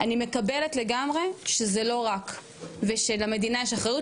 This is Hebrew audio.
אני מקבלת לגמרי שזה לא רק ולמדינה יש אחריות,